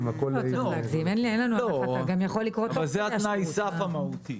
זה תנאי הסף המהותי.